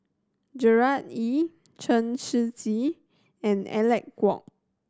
Gerard Ee Chen Shiji and Alec Kuok